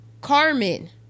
Carmen